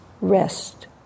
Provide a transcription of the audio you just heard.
rest